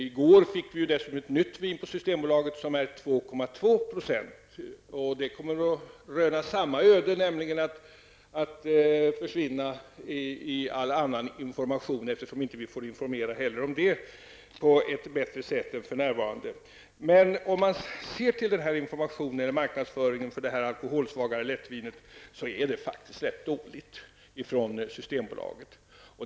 I går kom det in ett nytt vin på Systembolaget på 2,2 %. Det kommer att röna samma öde som de andra lättvinerna, nämligen att försvinna i all annan information, eftersom vi inte får informera om det på ett bättre sätt än för närvarande. Informationen om och marknadsföringen för det alkoholsvagare lättvinet är faktiskt ganska dålig ifrån Systembolagets sida.